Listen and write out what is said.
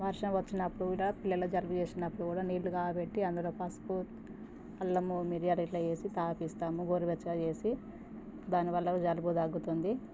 వర్షం వచ్చినపుడు కూడా పిల్లలకు జలుబు చేసినపుడు కూడా నీళ్ళు కాగబెట్టి అందులో పసుపు అల్లము మిరియాలు అలా వేసి తాగిస్తాము గోరువెచ్చగా చేసి దానివల్ల జలుబు తగ్గుతుంది